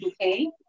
okay